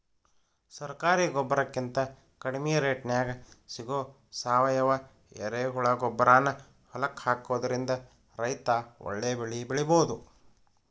ಸರಕಾರಿ ಗೊಬ್ಬರಕಿಂತ ಕಡಿಮಿ ರೇಟ್ನ್ಯಾಗ್ ಸಿಗೋ ಸಾವಯುವ ಎರೆಹುಳಗೊಬ್ಬರಾನ ಹೊಲಕ್ಕ ಹಾಕೋದ್ರಿಂದ ರೈತ ಒಳ್ಳೆ ಬೆಳಿ ಬೆಳಿಬೊದು